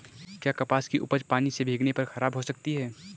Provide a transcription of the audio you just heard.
क्या कपास की उपज पानी से भीगने पर खराब हो सकती है?